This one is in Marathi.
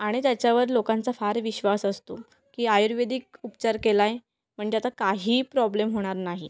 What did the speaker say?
आणि त्याच्यावर लोकांचा फार विश्वास असतो की आयुर्वेदिक उपचार केला आहे म्हणजे आता काहीही प्रॉब्लेम होणार नाही